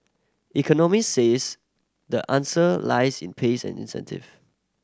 economist says the answer lies in pays and incentive